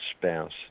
spouse